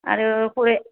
आरो